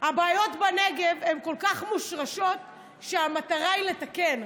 הבעיות בנגב הן כל כך מושרשות, שהמטרה היא לתקן.